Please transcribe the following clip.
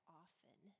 often